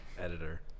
editor